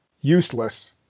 useless